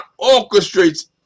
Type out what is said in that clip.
orchestrates